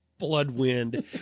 Bloodwind